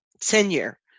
tenure